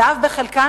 ובחלקן,